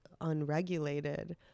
unregulated